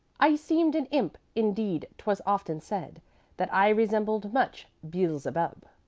i seemed an imp indeed twas often said that i resembled much beelzebub.